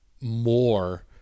more